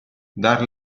dar